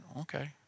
Okay